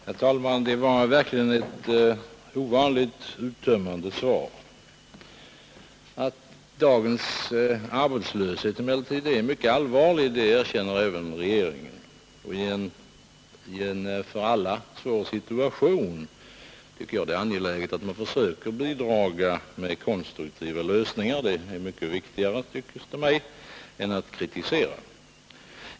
Herr talman! Det var verkligen ett ovanligt uttömmande svar! Att dagens arbetslöshet emellertid är mycket allvarlig erkänner även regeringen, och i en för alla svår situation tycker jag att det är angeläget att man försöker bidra med konstruktiva lösningar. Det är mycket viktigare, synes det mig, än att kritisera.